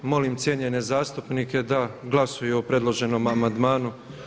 Molim cijenjene zastupnike da glasuju o predloženom amandmanu.